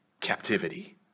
captivity